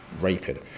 raping